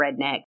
redneck